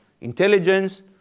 intelligence